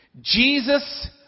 Jesus